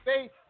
faith